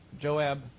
Joab